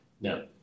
No